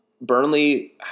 Burnley